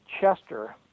Chester